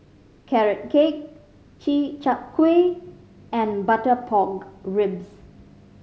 Carrot Cake Chi Kak Kuih and butter pork ribs